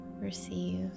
receive